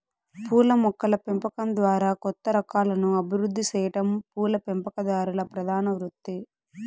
పూల మొక్కల పెంపకం ద్వారా కొత్త రకాలను అభివృద్ది సెయ్యటం పూల పెంపకందారుల ప్రధాన వృత్తి